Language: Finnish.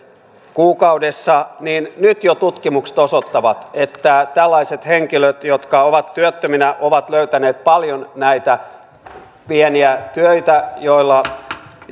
kuukaudessa työttömyysturvaan niin nyt jo tutkimukset osoittavat että tällaiset henkilöt jotka ovat työttöminä ovat löytäneet paljon näitä pieniä töitä joilla